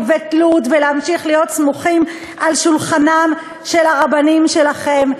ותלות ולהמשיך להיות סמוכים על שולחנם של הרבנים שלכם,